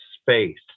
space